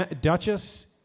Duchess